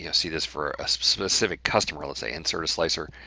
yeah see this for a specific customer. let's say insert a slicer,